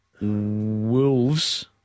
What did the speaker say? Wolves